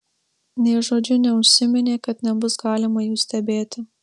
nė žodžiu neužsiminė kad nebus galima jų stebėti